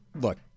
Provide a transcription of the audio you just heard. look